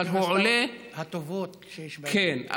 אבל הוא עולה, אחת האוניברסיטאות הטובות שיש, כן.